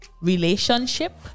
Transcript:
relationship